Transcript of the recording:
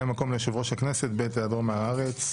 מקום ליושב ראש הכנסת בעת העדרו מהארץ.